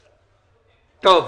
טוב.